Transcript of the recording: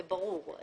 זה ברור.